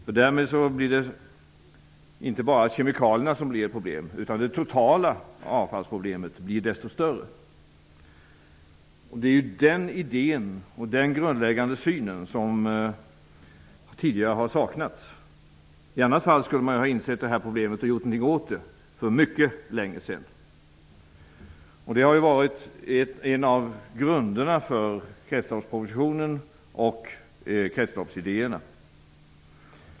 Om så sker blir inte bara kemikalierna ett problem utan det totala avfallsproblemet blir ännu större. Det är den grundläggande synen som har saknats tidigare. Annars skulle man ju ha insett det här problemet och gjort något åt det för mycket länge sedan. Det har varit en av grunderna för kretsloppspropositionen och kretsloppsidéerna.